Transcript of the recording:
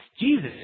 Jesus